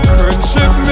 Friendship